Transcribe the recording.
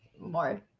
more